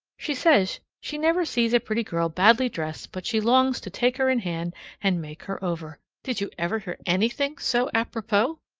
she says she never sees a pretty girl badly dressed but she longs to take her in hand and make her over. did you ever hear anything so apropos?